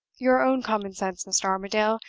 your own common sense, mr. armadale,